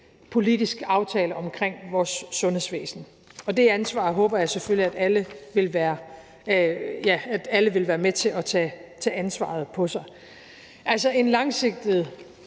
politisk aftale om vores sundhedsvæsen. Det ansvar håber jeg selvfølgelig at alle vil være med til at tage på sig. Det skal altså være en langsigtet